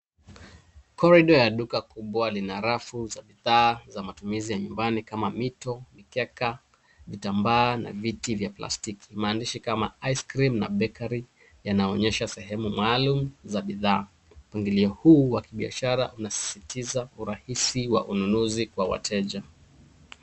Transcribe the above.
Korido ya duka kubwa lina rafu za bidhaa za matumizi ya nyumbani kama mito , mikeka, vitambaa na viti vya plastiki . Maandishi kama ice cream na bakery yanaonyesha sehemu maalum ya bidhaa. Mpangilio huu wa kibiashara unasisitiza urahisi wa ununuzi kwa wateja.